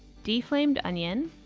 de-flamed onion,